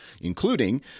including